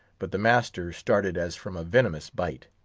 but the master started as from a venomous bite.